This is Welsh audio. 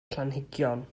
planhigion